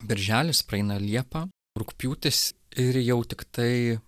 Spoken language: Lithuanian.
birželis praeina liepa rugpjūtis ir jau tiktai